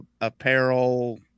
apparel